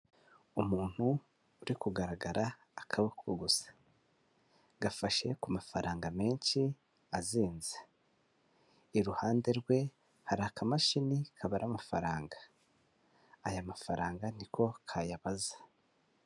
Umuntu uri kugaragara akaboko gusa, gafashe ku mafaranga menshi azinze; iruhande rwe hari akamashini kabara amafaranga. Aya mafaranga ni ko kayabaze.